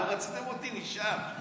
לא רציתם אותי, נשאר.